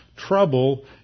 trouble